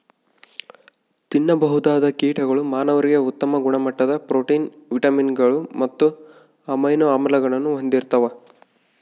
ತಿನ್ನಬಹುದಾದ ಕೀಟಗಳು ಮಾನವರಿಗೆ ಉತ್ತಮ ಗುಣಮಟ್ಟದ ಪ್ರೋಟೀನ್, ವಿಟಮಿನ್ಗಳು ಮತ್ತು ಅಮೈನೋ ಆಮ್ಲಗಳನ್ನು ಹೊಂದಿರ್ತವ